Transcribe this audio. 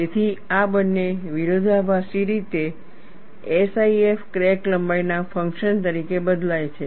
તેથી આ બંને વિરોધાભાસી રીતે SIF ક્રેક લંબાઈના ફંક્શન તરીકે બદલાય છે